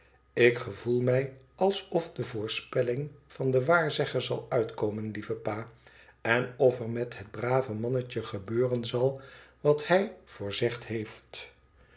tik gevoel mij alsof de voorspelling van den waarzegger zal uitkomen lieve pa en of er met het brave mannetje gebeuren zal wat hij voorzegd heeft